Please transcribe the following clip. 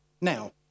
Now